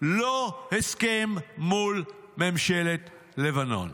לא הסכם מול ממשלת לבנון.